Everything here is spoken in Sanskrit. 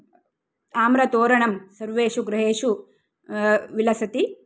आम्रतोरणं सर्वेषु गृहेषु विलसति